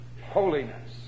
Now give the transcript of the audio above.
holiness